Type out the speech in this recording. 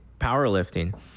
powerlifting